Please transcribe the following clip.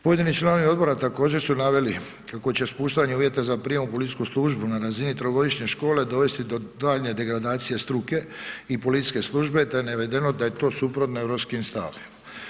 Pojedini članovi odbora također su naveli kako će spuštanje uvjeta za prijam u policijsku službu na razini trogodišnje škole dovesti do daljnje degradacije struke i policijske službe te je navedeno da je to suprotno europskim stavovima.